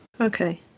okay